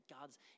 God's